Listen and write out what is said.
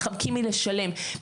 מתחמקים מלשלם,